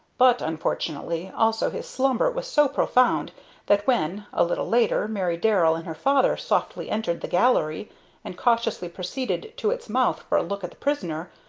but unfortunately, also, his slumber was so profound that when, a little later, mary darrell and her father softly entered the gallery and cautiously proceeded to its mouth for a look at the prisoner,